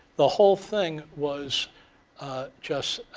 the whole thing was just